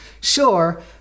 sure